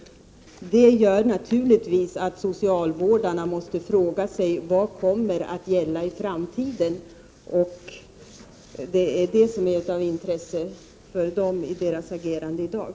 Det gör att socialvårdarna naturligtvis frågar sig: Vad kommer att gälla i framtiden? Det är det som är av intresse för dem i deras agerande i dag.